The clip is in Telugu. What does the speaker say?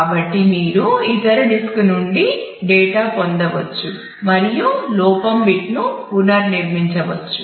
కాబట్టి మీరు ఇతర డిస్క్ నుండి డేటా పొందవచ్చు మరియు లోపం బిట్ను పునర్నిర్మించవచ్చు